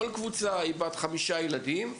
כל קבוצה היא בת חמישה ילדים,